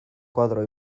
koadro